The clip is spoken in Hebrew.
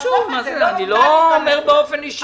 לא חשוב, אני לא אומר באופן אישי חס וחלילה.